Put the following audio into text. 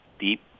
deep